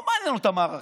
לא מעניינים אותם הערכים,